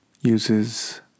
Uses